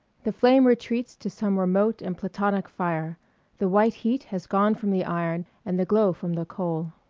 the flame retreats to some remote and platonic fire the white heat has gone from the iron and the glow from the coal.